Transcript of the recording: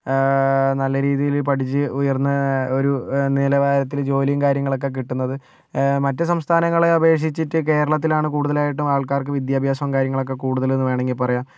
നല്ല രീതിയില് പഠിച്ച് ഉയർന്ന ഒരു നിലവാരത്തില് ജോലിയും കാര്യങ്ങളൊക്കെ കിട്ടുന്നത് മറ്റ് സംസ്ഥാനങ്ങളെ അപേക്ഷിച്ചിട്ട് കേരളത്തിലാണ് കൂടുതലായിട്ടും ആൾക്കാർക്ക് വിദ്യാഭ്യാസവും കാര്യങ്ങളൊക്കെ കൂടുതലെന്ന് വേണമെങ്കിൽ പറയാം